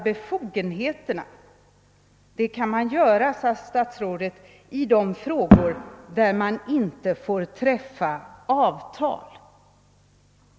Befogenheterna kan överlåtas, sade statsrådet, i frågor där avtal inte får träffas.